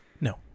No